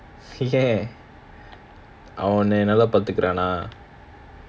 ya அவன் வந்து நல்ல பாதுக்காரான:awan wanthu nalla paathukuraana